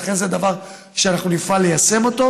ולכן זה דבר שאנחנו נפעל ליישם אותו.